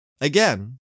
Again